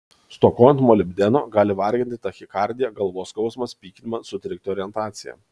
stokojant molibdeno gali varginti tachikardija galvos skausmas pykinimas sutrikti orientacija